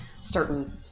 certain